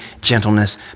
gentleness